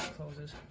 closes.